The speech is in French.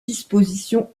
disposition